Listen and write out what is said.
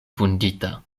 vundita